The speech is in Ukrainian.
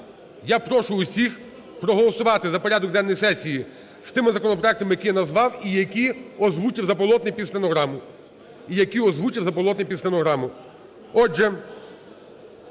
я прошу усіх проголосувати за порядок денний сесії з тими законопроектами, які я назвав і які озвучив Заболотний під стенограму,